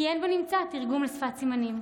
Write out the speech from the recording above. כי אין בנמצא תרגום לשפת הסימנים,